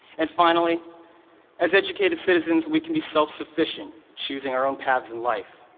and finally as educated citizens we can be self-sufficient, choosing our own paths in life.